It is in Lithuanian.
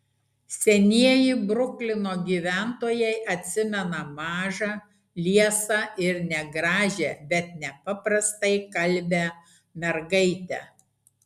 senieji bruklino gyventojai atsimena mažą liesą ir negražią bet nepaprastai kalbią mergaitę